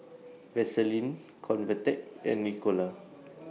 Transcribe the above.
Vaselin Convatec and Ricola